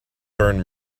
burned